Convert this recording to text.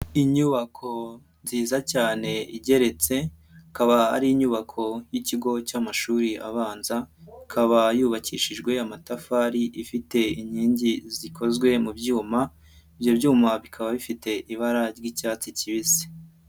Inyubako nziza cyane igeretse, ikaba ari inyubako y'ikigo cy'amashuri abanza, ikaba yubakishijwe amatafari ifite inkingi zikozwe mu byuma, ibyo byuma bikaba bifite ibara ry'icyatsi kibisi.